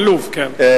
בלוב, כן.